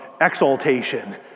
exaltation